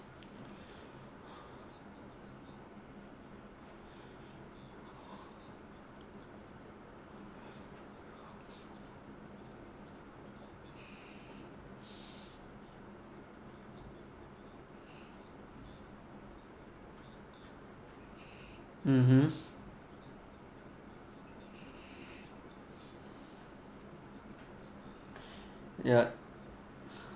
(uh huh) yup